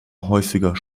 häufiger